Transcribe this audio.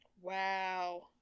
Wow